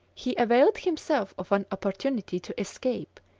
he availed himself of an opportunity to escape,